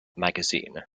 magazine